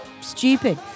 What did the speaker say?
stupid